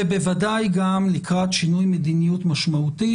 ובוודאי גם לקראת שינוי מדיניות משמעותי,